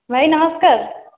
ଭାଇ ନମସ୍କାର